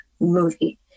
movie